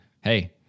hey